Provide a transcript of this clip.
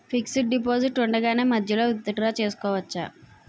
Fixed deposit ఉండగానే మధ్యలో withdraw చేసుకోవచ్చా?